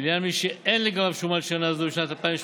ולעניין מי שאין לגביו שומה לשנת 2018,